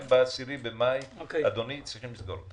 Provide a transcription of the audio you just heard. הם ב-10 במאי צריכים לסגור.